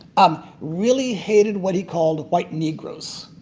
um really hated what he called white negroes,